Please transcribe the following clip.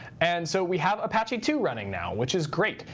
and so we have apache two running now, which is great.